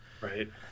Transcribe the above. Right